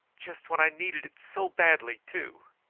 just when i needed it so badly, too!